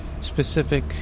specific